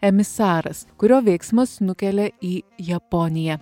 emisaras kurio veiksmas nukelia į japoniją